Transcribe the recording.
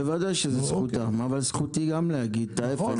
בוודאי שזו זכותם אבל זכותי גם להגיד את ההיפך.